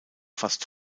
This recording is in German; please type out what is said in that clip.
fast